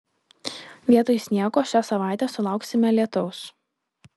vietoj sniego šią savaitę sulauksime lietaus